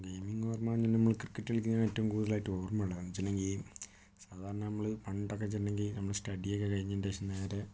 gaming ഓർമ്മ എന്നാൽ നമ്മൾക്ക് ക്രിക്കറ്റ് കളിക്കുന്നതായിട്ട് ഏറ്റവും കൂടുതലായിട്ടും ഓർമ്മയുള്ളത് എന്താണെന്ന് വച്ചിട്ടുണ്ടെങ്കിൽ സാധാരണ നമ്മൾ പണ്ടൊക്കെയെന്ന് വച്ചിട്ടുണ്ടെങ്കിൽ നമ്മൾ സ്റ്റഡി ഒക്കെ കഴിഞ്ഞ് എന്താണെന്ന് വച്ചാൽ നേരെ